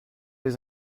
les